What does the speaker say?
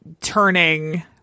turning